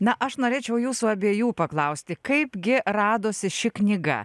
na aš norėčiau jūsų abiejų paklausti kaipgi radosi ši knyga